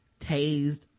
tased